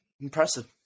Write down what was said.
Impressive